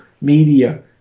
media